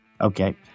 okay